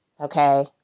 okay